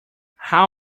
how